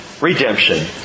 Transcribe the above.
redemption